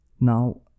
Now